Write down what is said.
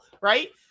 right